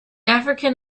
african